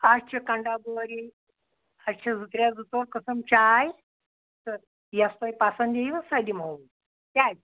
اَسہِ چھِ کَنڈابوہری اَسہِ چھِ زٕ ترٛےٚ زٕ ژور قٕسٕم چاے تہٕ یۄس تۄہہِ پَسنٛد یِیوٕ سۄ دِمہو کیٛازِ